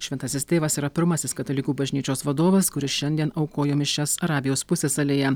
šventasis tėvas yra pirmasis katalikų bažnyčios vadovas kuris šiandien aukojo mišias arabijos pusiasalyje